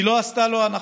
היא לא עשתה לו הנחות,